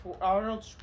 Arnold